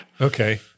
Okay